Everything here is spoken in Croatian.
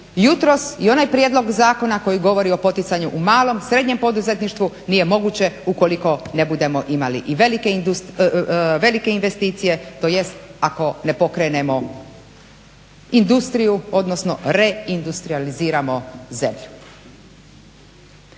jutros i onaj prijedlog zakona koji govori o poticanju u malom, srednjem poduzetništvu nije moguće ukoliko ne budemo imali i velike investicije tj. ako ne pokrenemo industriju, odnosno reindustrijaliziramo zemlju.